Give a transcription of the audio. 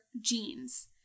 jeans